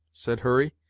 said hurry,